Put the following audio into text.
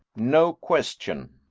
no question.